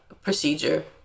procedure